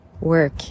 work